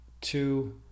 two